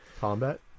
Combat